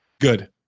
good